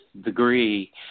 degree